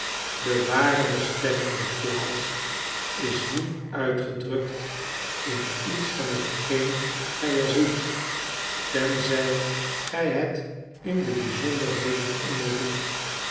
de ware bestemming der plaats is niet uitgedrukt in iets van hetgeen gij er ziet tnzij ge het in de bijzonderheden onderzoekt